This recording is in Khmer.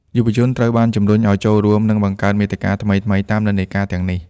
យុវជនត្រូវបាន ជំរុញឱ្យចូលរួម និងបង្កើតមាតិកាថ្មីៗ តាមនិន្នាការទាំងនេះ។